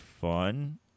fun